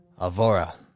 Avora